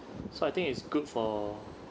so I think it's good for